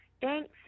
Thanks